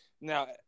Now